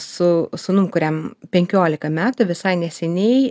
su sūnum kuriam penkiolika metų visai neseniai